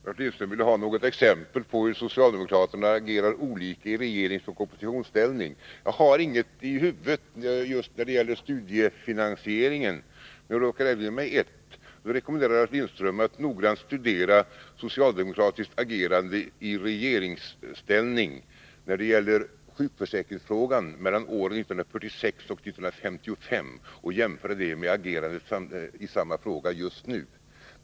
Herr talman! Ralf Lindström ville få något exempel på hur socialdemokraterna agerar olika i regeringsoch i oppositionsställning. Jag kommer inte på något sådant när det gäller just studiefinansieringen, men jag råkar erinra mig ett annat exempel. Jag rekommenderar Ralf Lindström att noggrant studera socialdemokratiskt agerande i regeringsställning i vad gäller sjukförsäkringsfrågan mellan åren 1946 och 1955 och jämföra det med agerandet i samma fråga just nu.